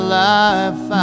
life